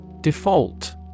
Default